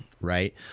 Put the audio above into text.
right